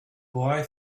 boy